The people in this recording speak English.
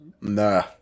Nah